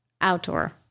Outdoor